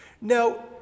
Now